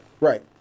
Right